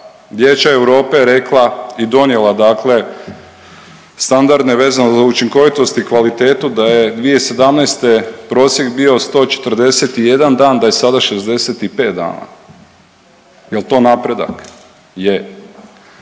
Vijeća Europe rekla i donijela, dakle standarde vezane za učinkovitosti i kvalitetu, da je 2017. prosjek bio 141 dan, da je sada 65 dana. Jel' to napredak? Je.